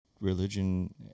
religion